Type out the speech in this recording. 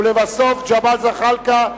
ולבסוף ג'מאל זחאלקה,